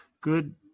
good